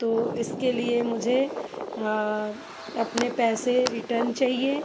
तो इसके लिए मुझे अपने पैसे रिटर्न चाहिए